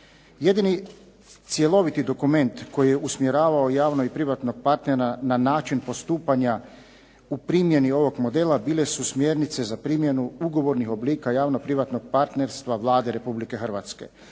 Jedini cjeloviti dokument koji je usmjeravao javnog i privatnog partnera na način postupanja u primjeni ovog modela bile su smjernice za primjenu ugovornih oblika javnog privatnog partnerstva Vlade Republike Hrvatske